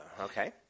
okay